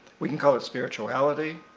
we can call it spirituality,